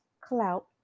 clout